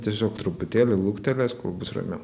tiesiog truputėlį luktelės kol bus ramiau